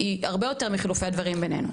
הרבה יותר מחילופי הדברים בינינו.